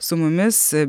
su mumis